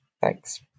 thanks